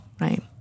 right